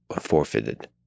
forfeited